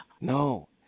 No